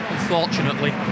Unfortunately